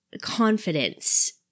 confidence